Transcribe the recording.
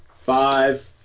Five